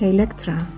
Elektra